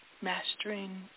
Mastering